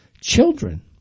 children